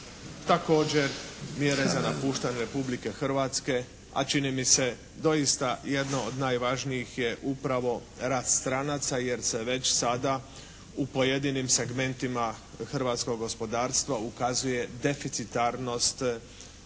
Također mjere za napuštanje Republike Hrvatske, a čini mi se doista jedno od najvažnijih je upravo rad stranaca jer se već sada u pojedinim segmentima hrvatskog gospodarstva ukazuje deficitarnost radnika.